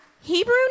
Hebrew